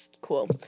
Cool